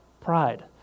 pride